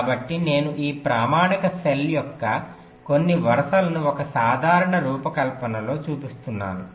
కాబట్టి నేను ఈ ప్రామాణిక సెల్ యొక్క కొన్ని వరుసలను ఒక సాధారణ రూపకల్పనలో చూపిస్తున్నాను